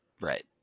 Right